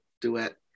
duet